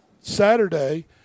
Saturday